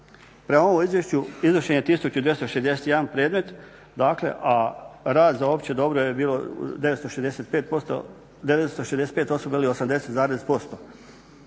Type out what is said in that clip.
Prema ovom izvješću izvršen je 1261 predmet dakle, a rad za opće dobro je bilo 965 osoba ili 80%